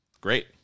Great